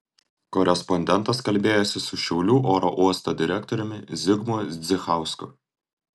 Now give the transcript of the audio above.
korespondentas kalbėjosi su šiaulių oro uosto direktoriumi zigmui zdzichausku